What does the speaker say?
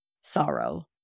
sorrow